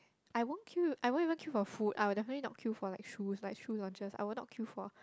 I won't queue I won't even queue for food I will definitely not queue for like shoes like shoes are just I will not queue for